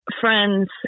friends